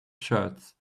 shirts